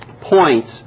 points